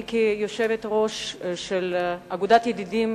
כיושבת-ראש אגודת הידידות